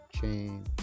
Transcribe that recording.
chain